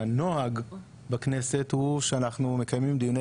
שהנוהג בכנסת הוא שאנחנו מקיימים דיוני